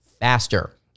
faster